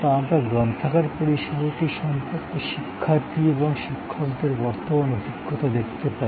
তা আমরা গ্রন্থাগার পরিষেবাটি সম্পর্কে শিক্ষার্থী এবং শিক্ষকদের বর্তমান অভিজ্ঞতা দেখতে পাই